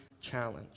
challenge